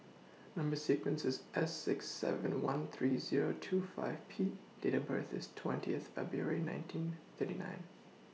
Number sequence IS S six seven one three Zero two five P Date of birth IS twentieth February nineteen thirty nine